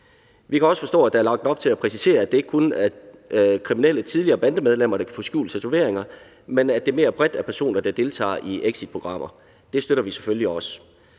Vi kan også forstå, at der er lagt op til at præcisere, at det ikke kun er kriminelle tidligere bandemedlemmer, der kan få skjult tatoveringer, men at det mere bredt er personer, der deltager i exitprogrammer. Det støtter vi selvfølgelig også.